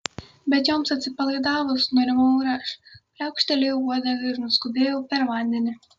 bet joms atsipalaidavus nurimau ir aš pliaukštelėjau uodega ir nuskubėjau per vandenį